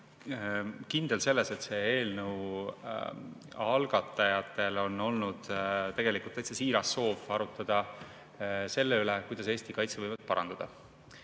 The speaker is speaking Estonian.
kindel selles, et selle eelnõu algatajatel on olnud täitsa siiras soov arutada selle üle, kuidas Eesti kaitsevõimet parandada. Mis